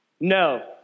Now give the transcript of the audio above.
No